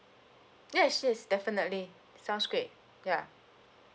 yes yes definitely sounds great ya